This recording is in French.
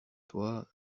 toi